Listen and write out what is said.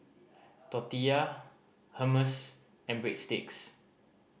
Tortillas Hummus and Breadsticks